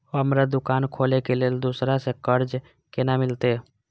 हमरा दुकान खोले के लेल दूसरा से कर्जा केना मिलते?